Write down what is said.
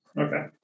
Okay